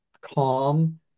calm